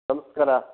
ನಮಸ್ಕಾರ